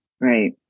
right